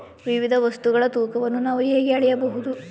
ವಿವಿಧ ವಸ್ತುಗಳ ತೂಕವನ್ನು ನಾವು ಹೇಗೆ ಅಳೆಯಬಹುದು?